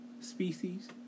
species